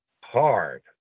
hard